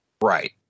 right